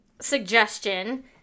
suggestion